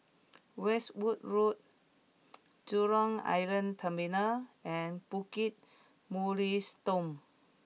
Westwood Road Jurong Island Terminal and Bukit Mugliston